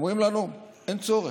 אומרים לנו: אין צורך.